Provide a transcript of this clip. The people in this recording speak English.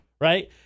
Right